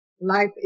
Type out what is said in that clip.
life